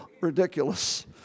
ridiculous